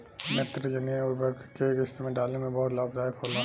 नेत्रजनीय उर्वरक के केय किस्त में डाले से बहुत लाभदायक होला?